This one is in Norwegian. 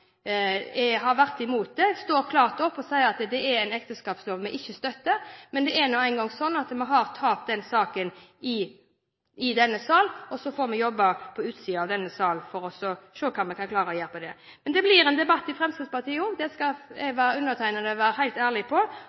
har vært imot det, står klart opp og sier at det er en ekteskapslov vi ikke støtter. Det er nå engang sånn at vi har tapt den saken i denne sal, og så får vi jobbe på utsiden av denne sal for å se hva vi kan klare å gjøre med det. Men det blir en debatt i Fremskrittspartiet også, det skal undertegnede være helt ærlig på,